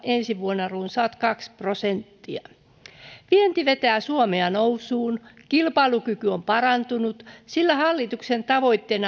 ensi vuonna runsaat kaksi prosenttia vienti vetää suomea nousuun ja kilpailukyky on parantunut sillä hallituksen tavoitteen